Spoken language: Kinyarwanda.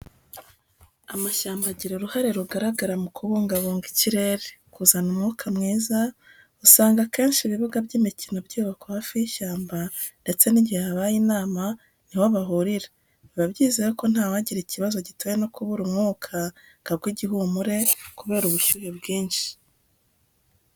Amashyamba agira uruhare rugaragara mu kubungabunga ikirere, kuzana umwuka mwiza; uzasanga akenshi ibibuga by'imikino byubakwa hafi y'ishyamba ndetse n'igihe habaye inama niho bahurira, biba byizewe ko nta wagira ikibazo gitewe no kubura umwuka ngo agwe igihumure kubera ubushyuhe bwinshi.